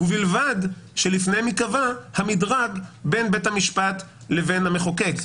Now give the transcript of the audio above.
ובלבד שלפניהם ייקבע המדרג בין בית המשפט לבין המחוקק.